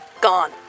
Gone